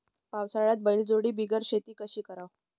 पावसाळ्यात बैलजोडी बिगर शेती कशी कराव?